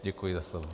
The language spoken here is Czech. Děkuji za slovo.